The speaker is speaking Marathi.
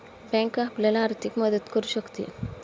बँक आपल्याला आर्थिक मदत करू शकते